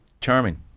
Charming